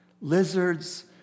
Lizards